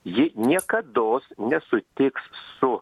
ji niekados nesutiks su